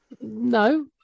no